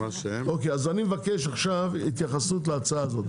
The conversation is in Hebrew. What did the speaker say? אז אני מבקש עכשיו התייחסות להצעה הזאת.